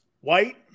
White